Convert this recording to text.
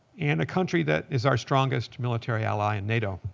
and a country that is our strongest military ally in nato.